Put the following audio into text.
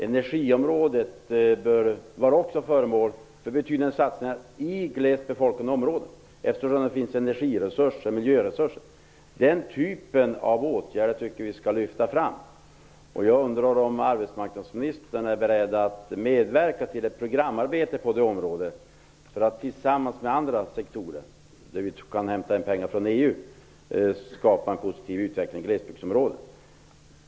Energiområdet bör också bli föremål för betydande satsningar i glest befolkade områden, eftersom det där finns energiresurser och miljöresurser. Jag tycker att vi skall lyfta fram den typen av åtgärder. Jag undrar om arbetsmarknadsministern är beredd att medverka till att få till stånd ett programarbetet på det området för att tillsammans med andra sektorer, där det är möjligt att få pengar från EU, skapa en positiv utveckling i glesbygdsområden.